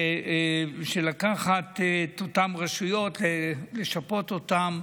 לקחת את אותן רשויות, לשפות אותן.